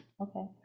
Okay